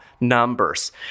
numbers